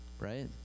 right